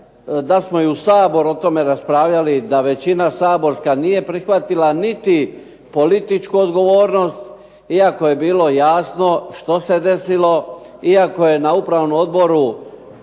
da smo i u Saboru o tome raspravljali, da većina saborska nije prihvatila niti političku odgovornost iako je bilo jasno što se desilo, iako je na upravnom odboru